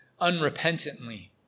unrepentantly